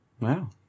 Wow